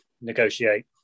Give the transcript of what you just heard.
negotiate